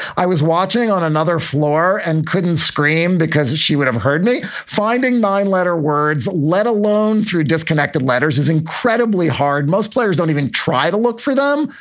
i was watching on another floor and couldn't scream because she would have heard me finding nine-letter words, let alone through disconnected letters is incredibly hard. most players don't even try to look for them.